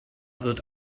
wird